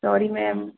sorry ma'am